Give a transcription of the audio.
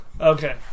Okay